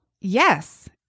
yes